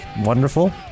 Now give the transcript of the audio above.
wonderful